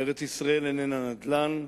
ארץ-ישראל איננה נדל"ן,